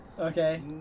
Okay